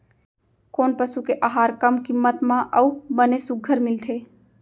कोन पसु के आहार कम किम्मत म अऊ बने सुघ्घर मिलथे?